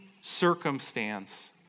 circumstance